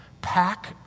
pack